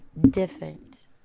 Different